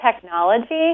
technology